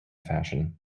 fashion